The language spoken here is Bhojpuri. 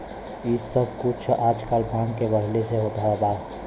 इ सब कुल आजकल मांग के बढ़ले से होत हौ